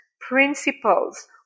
principles